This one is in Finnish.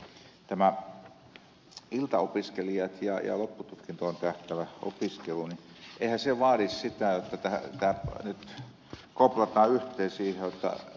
satoselle sen verran voisi todeta sen verran tästä että eiväthän iltaopiskelu ja loppututkintoon tähtäävä opiskelu vaadi sitä jotta tämä nyt koplataan yhteen siten että tämä syö työttömyysturvaa